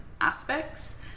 aspects